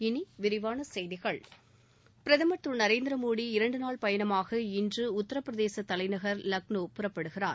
இனி விரிவான செய்திகள் பிரதமர் திரு நரேந்திரமோடி இரண்டு நாள் பயணமாக இன்று உத்தரப்பிரதேச தலைநகர் லக்னோ புறப்படுகிறார்